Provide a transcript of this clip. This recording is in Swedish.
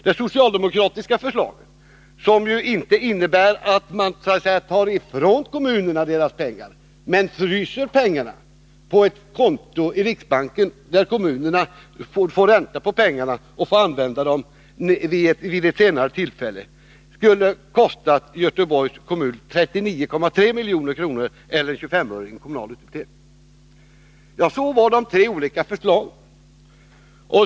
Det socialdemokratiska förslaget innebär att man inte skall ta ifrån kommunerna deras pengar. I stället skulle pengarna frysas på ett konto i riksbanken. Kommunerna skulle få ränta på pengarna och kunna använda dem vid ett senare tillfälle. Det förslaget skulle ha ”kostat” Göteborgs kommun 39,3 milj.kr. eller 25 öre i kommunal utdebitering.